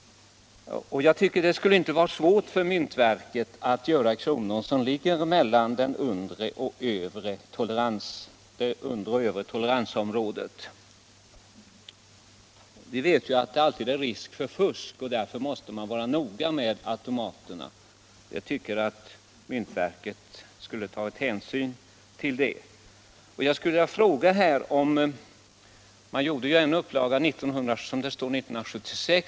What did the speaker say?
Jag tycker att det inte borde vara svårt för myntverket att göra enkronorsmynt med en tjocklek som ligger mellan det undre och det övre toleransområdet. Vi vet att det alltid är risk för fusk och att man därför måste vara noga med automaterna, och jag tycker att myntverket skulle ha tagit hänsyn till detta. Jag vill ställa en ytterligare fråga. Myntverket har präglat en upplaga av de nya enkronorsmynten med årtalet 1976.